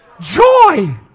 Joy